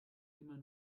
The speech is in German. immer